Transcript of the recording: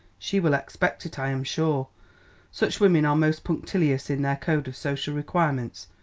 she will expect it, i am sure such women are most punctilious in their code of social requirements,